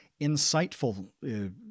insightful